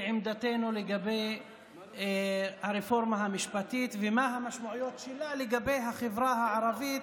לעמדתנו לגבי הרפורמה המשפטית ומה המשמעויות שלה לגבי החברה הערבית,